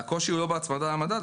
הקושי הוא לא בהצמדה למדד,